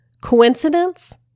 Coincidence